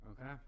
Okay